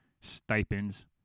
stipends